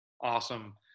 Awesome